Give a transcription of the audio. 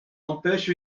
empêche